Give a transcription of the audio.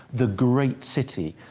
the great city,